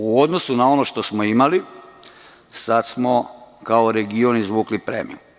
U odnosu na ono što smo imali sad smo kao region izvukli premiju.